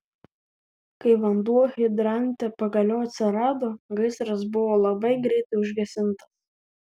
kai vanduo hidrante pagaliau atsirado gaisras buvo labai greitai užgesintas